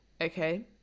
okay